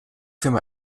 firma